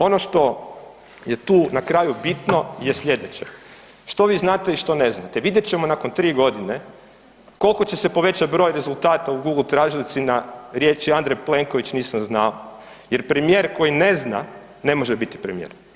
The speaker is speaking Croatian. Ono što je tu na kraju bitno je slijedeće, što vi znate i što ne znate, vidjet ćemo nakon 3.g. kolko će se povećat broj rezultata u Google tražilici na riječi „Andrej Plenković, nisam znao“ jer premijer koji ne zna ne može biti premijer.